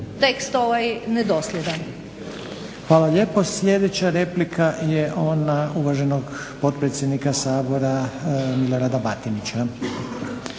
Željko (HDZ)** Hvala lijepo. Sljedeća replika je ona uvaženog potpredsjednika Sabora Milorada Batinića.